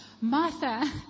Martha